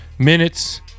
minutes